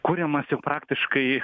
kuriamas jau praktiškai